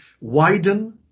widen